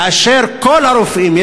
כאשר כל הרופאים,